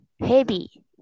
heavy